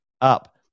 up